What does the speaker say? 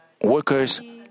workers